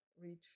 reach